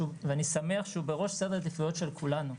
ואני שמח שהוא בראש סדר העדיפויות של כולנו,